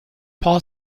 paul